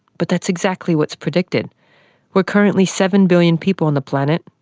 but that's exactly what's predicted we're currently seven billion people on the planet,